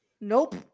nope